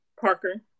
Parker